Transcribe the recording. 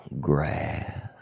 grass